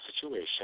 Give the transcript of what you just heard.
situation